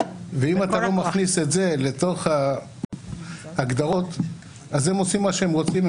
ואם אתה לא מכניס את זה לתוך ההגדרות אז הם עושים מה שהם רוצים.